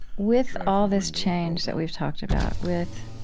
with all this change that we've talked about, with